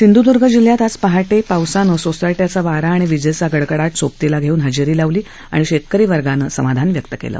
सिंध्द्र्ग जिल्ह्यात आज पहाटे पावसाने सोसाट्याचा वारा आणि विजेचा गडगडाट सोबतीला घेऊन हजेरी लावली आणि शेतकरी वर्गाने समाधान व्यक्त केलं